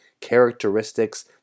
characteristics